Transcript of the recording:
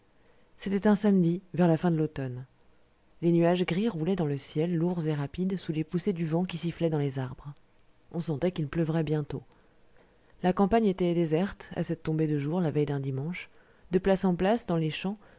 c'était un samedi vers la fin de l'automne les nuages gris roulaient dans le ciel lourds et rapides sous les poussées du vent qui sifflait dans les arbres on sentait qu'il pleuvrait bientôt la campagne était déserte à cette tombée de jour la veille d'un dimanche de place en place dans les champs